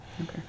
Okay